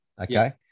Okay